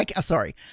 Sorry